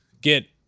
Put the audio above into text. get